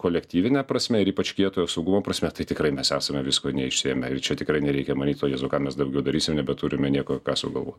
kolektyvine prasme ir ypač kietojo saugumo prasme tai tikrai mes esame visko neišsiėmę ir čia tikrai nereikia manyt o jėzau ką mes daugiau darysim nebeturime nieko ką sugalvot